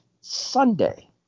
Sunday